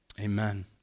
amen